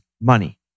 money